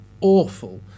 awful